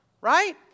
Right